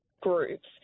groups